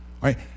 Right